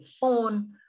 phone